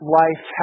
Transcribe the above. life